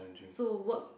so work